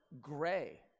gray